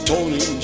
Tony